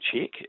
check